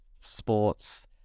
sports